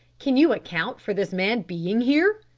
can you account for this man being here?